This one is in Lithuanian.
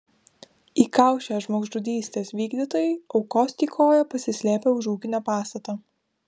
įkaušę žmogžudystės vykdytojai aukos tykojo pasislėpę už ūkinio pastato